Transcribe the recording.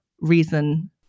reason